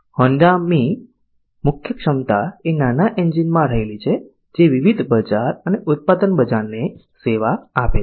Honda મી મુખ્ય ક્ષમતા એ આ નાના એન્જીન માં રહેલી છે જે વવિધ બજાર અને ઉત્પાદન બજાર ને સેવા આપે છે